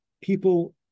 people